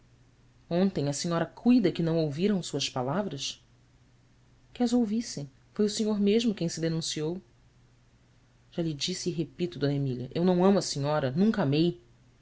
ontem a senhora cuida que não ouviram suas palavras ue as ouvissem foi o senhor mesmo quem se denunciou á lhe disse e repito d emília eu não amo a senhora nunca a amei